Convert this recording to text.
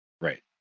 Right